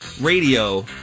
radio